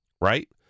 right